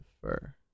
fur